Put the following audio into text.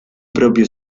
propio